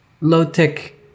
low-tech